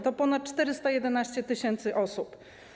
To ponad 411 tys. osób.